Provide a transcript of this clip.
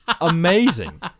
amazing